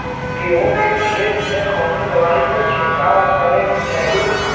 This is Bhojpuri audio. गेहूँ के खेत मे कवने दवाई क छिड़काव करे के चाही?